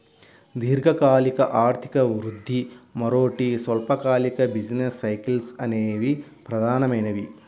దీర్ఘకాలిక ఆర్థిక వృద్ధి, మరోటి స్వల్పకాలిక బిజినెస్ సైకిల్స్ అనేవి ప్రధానమైనవి